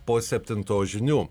po septintos žinių